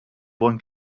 brun